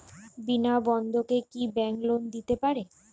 বিনা বন্ধকে কি bank loan দিতে পারে?